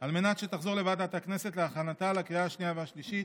על מנת שתחזור לוועדת הכנסת להכנתה לקריאה השנייה והשלישית.